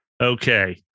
Okay